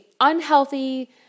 unhealthy